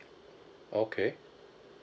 okay